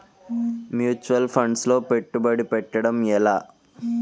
Mutual funds లో పెట్టుబడి పెట్టడం ఎలా?